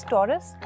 Taurus